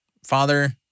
father